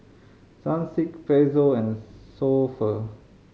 Sunsilk Pezzo and So Pho